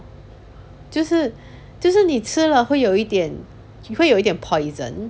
就是就是你吃了会有一点会有一点 poison